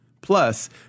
Plus